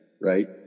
right